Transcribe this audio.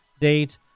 date